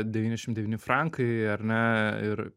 devyniasdešimt devyni frankai ar ne ir